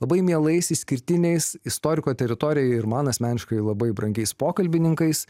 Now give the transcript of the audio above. labai mielais išskirtiniais istoriko teritorijoje ir man asmeniškai labai brangiais pokalbininkais